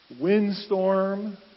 Windstorm